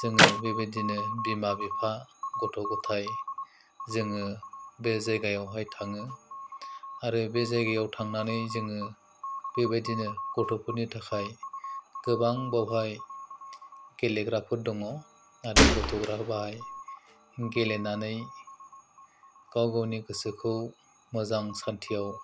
जोङो बेबायदिनो बिमा बिफा गथ' गथाय जोङो बे जायगायावहाय थाङो आरो बे जायगायाव थांनानै जोङो बेबायदिनो गथ'फोरनि थाखाय गोबां बावहाय गेलेग्राफोर दङ आरो गथ'फ्रा बाहाय गेलेनानै गाव गावनि गोसोखौ मोजां सान्तियाव